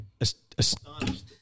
astonished